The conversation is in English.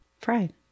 Fried